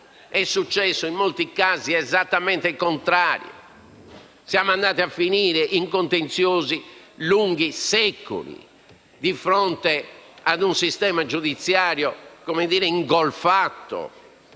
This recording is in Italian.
è successo esattamente il contrario. Siamo andati a finire in contenziosi lunghi secoli, di fronte ad un sistema giudiziario ingolfato